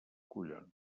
collons